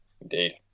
Indeed